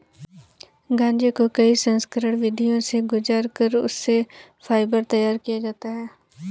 गांजे को कई संस्करण विधियों से गुजार कर उससे फाइबर तैयार किया जाता है